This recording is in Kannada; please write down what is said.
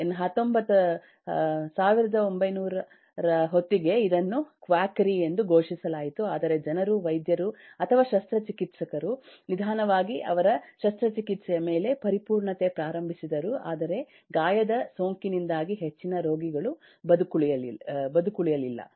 1900ರ ಹೊತ್ತಿಗೆ ಇದನ್ನು ಕ್ವಾಕರಿ ಎಂದು ಘೋಷಿಸಲಾಯಿತು ಆದರೆ ಜನರು ವೈದ್ಯರು ಅಥವಾ ಶಸ್ತ್ರಚಿಕಿತ್ಸಕರು ನಿಧಾನವಾಗಿ ಅವರ ಶಸ್ತ್ರಚಿಕಿತ್ಸೆಯ ಮೇಲೆ ಪರಿಪೂರ್ಣತೆ ಪ್ರಾರಂಭಿಸಿದರು ಆದರೆ ಗಾಯದ ಸೋಂಕಿನಿಂದಾಗಿ ಹೆಚ್ಚಿನ ರೋಗಿಗಳು ಬದುಕುಳಿಯಲಿಲ್ಲ